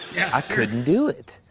yeah. i couldn't do it.